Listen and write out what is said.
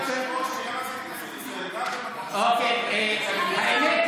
אדוני היושב-ראש,